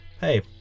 hey